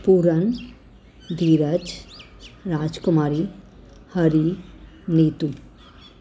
Puran Dheeraj Rajkumari Hari Neetu